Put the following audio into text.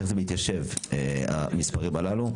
איך זה מתיישב, המספרים הללו?